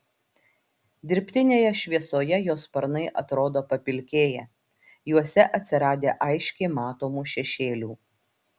dirbtinėje šviesoje jo sparnai atrodo papilkėję juose atsiradę aiškiai matomų šešėlių